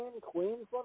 Queensland